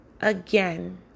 Again